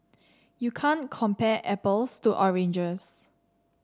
you can't compare apples to oranges